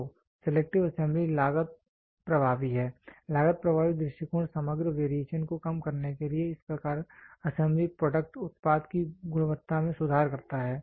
तो selective assembly लागत प्रभावी है लागत प्रभावी दृष्टिकोण समग्र वेरिएशन को कम करने के लिए इस प्रकार असेंबली प्रोडक्ट उत्पाद की गुणवत्ता में सुधार करता है